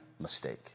mistake